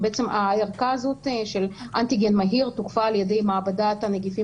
הערכה הזאת של אנטיגן מהיר תוקפה על ידי מעבדת הנגיפים